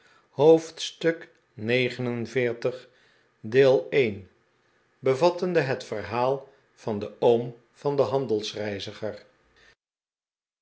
hoofdstuk xlix bevattende het verhaal van den bom van den